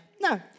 no